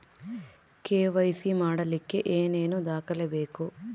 KYC ಮಾಡಲಿಕ್ಕೆ ಏನೇನು ದಾಖಲೆಬೇಕು?